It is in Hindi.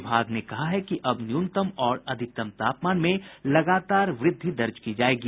विभाग ने कहा है कि अब न्यूनतम और अधिकतम तापमान में लगातार वृद्धि दर्ज की जायेगी